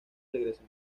regresan